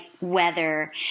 weather